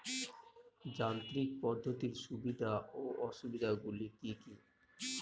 যান্ত্রিক পদ্ধতির সুবিধা ও অসুবিধা গুলি কি কি?